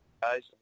Guys